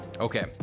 Okay